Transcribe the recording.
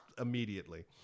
immediately